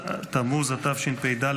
בתמוז התשפ"ד,